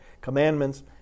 Commandments